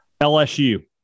LSU